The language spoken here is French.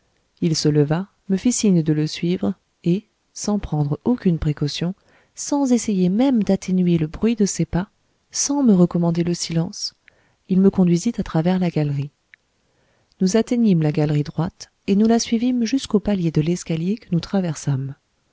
il se leva me fit signe de le suivre et sans prendre aucune précaution sans même essayer d'atténuer le bruit de ses pas sans me recommander le silence il me conduisit à travers la galerie nous atteignîmes la galerie droite et nous la suivîmes jusqu'au palier de l'escalier que nous traversâmes